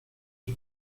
una